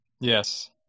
Yes